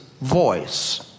voice